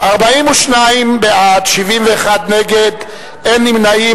42 בעד, 71 נגד, אין נמנעים.